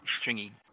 Stringy